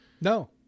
No